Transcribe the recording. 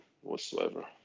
whatsoever